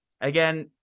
again